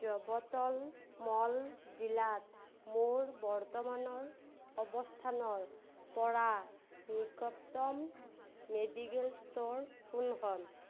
যৱতলমল জিলাত মোৰ বৰ্তমানৰ অৱস্থানৰপৰা নিকটতম মেডিকেল ষ্ট'ৰ কোনখন